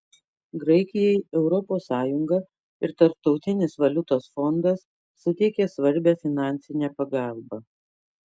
graikijai europos sąjunga ir tarptautinis valiutos fondas suteikė svarbią finansinę pagalbą